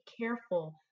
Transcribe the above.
careful